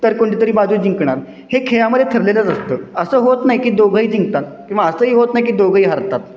तर कोणतीतरी बाजू जिंकणार हे खेळामध्ये ठरलेलंच असतं असं होत नाही की दोघंही जिंकतात किंवा असंही होत नाही की दोघंही हरतात